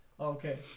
Okay